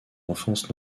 enfance